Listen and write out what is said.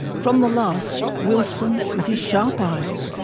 from the last, wilson, with his sharp eyes,